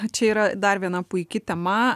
čia yra dar viena puiki tema